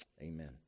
amen